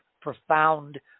profound